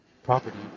property